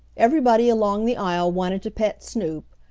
everybody along the aisle wanted to pet snoop,